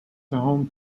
home